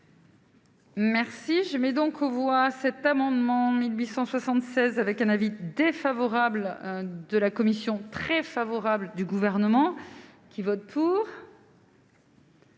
Merci, je mets donc on voit cet amendement 1876 avec un avis défavorable de la commission très favorable du gouvernement qui vote pour.